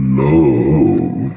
love